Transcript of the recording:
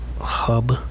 hub